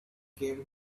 came